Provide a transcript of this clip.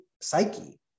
psyche